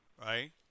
right